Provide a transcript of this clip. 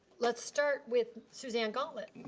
let's start with suzanne gauntlet.